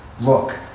look